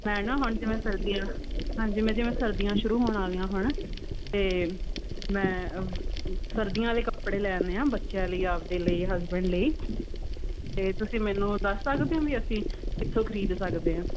ਮੈਂ ਨਾ ਹੁਣ ਜਿਵੇਂ ਸਰਦੀਆਂ ਹਾਂਜੀ ਮੈਂ ਜਿਵੇਂ ਸਰਦੀਆਂ ਸ਼ੁਰੂ ਹੋਣ ਵਾਲੀਆਂ ਹੁਣ ਅਤੇ ਮੈਂ ਸਰਦੀਆਂ ਵਾਲੇ ਕੱਪੜੇ ਲੈਣੇ ਆ ਬੱਚਿਆਂ ਲਈ ਆਪਦੇ ਲਈ ਹਸਬੈਂਡ ਲਈ ਅਤੇ ਤੁਸੀਂ ਮੈਨੂੰ ਦੱਸ ਸਕਦੇ ਹੋ ਵੀ ਅਸੀਂ ਕਿੱਥੋਂ ਖਰੀਦ ਸਕਦੇ ਹਾਂ